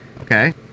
okay